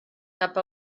cap